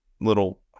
little